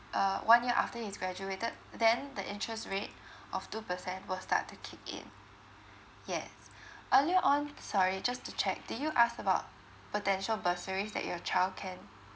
uh one year after his graduated then the interest rate of two percent will start to kick in yes earlier on sorry just to check do you ask about potential bursaries that your child can